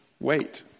wait